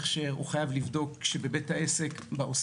זו שאלה ששאל היועץ המשפטי לגבי ההוראות של ממונה,